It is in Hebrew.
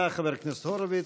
תודה, חבר הכנסת הורוביץ.